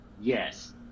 Yes